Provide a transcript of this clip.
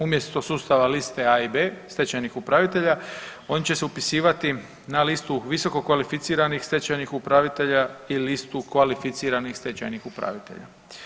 Umjesto sustava liste A i B stečajnih upravitelja oni će se upisivati na listu visokokvalificiranih stečajnih upravitelja i listu kvalificiranih stečajnih upravitelja.